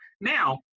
Now